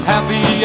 Happy